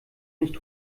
nicht